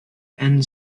end